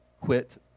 quit